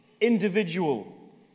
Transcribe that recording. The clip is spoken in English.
individual